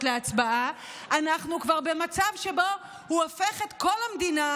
להצבעה אנחנו כבר במצב שבו הוא הופך את כל המדינה